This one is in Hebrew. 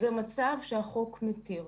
זה מצב שהחוק מתיר.